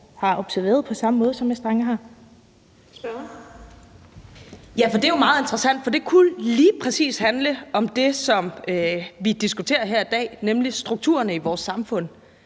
14:38 Trine Bramsen (S): Ja, og det er jo meget interessant, for det kunne lige præcis handle om det, som vi diskuterer her i dag, nemlig strukturerne i vores samfund.